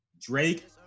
Drake